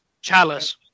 Chalice